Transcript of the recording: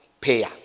payer